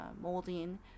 molding